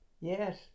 Yes